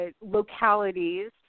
localities